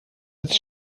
als